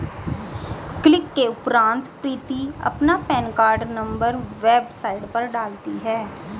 click के उपरांत प्रीति अपना पेन कार्ड नंबर वेबसाइट पर डालती है